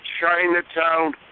Chinatown